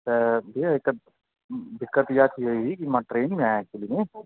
त भैया हिकु दिक़त इहा थी वेई हुई की मां ट्रेन में आहियां एक्चुली में